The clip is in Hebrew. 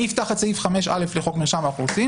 אם אני אפתח את סעיף 5א לחוק מרשם האוכלוסין